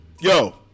Yo